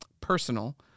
personal